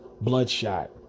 Bloodshot